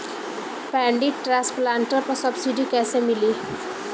Paddy transplanter पर subsidy कैसे मिली?